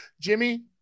Jimmy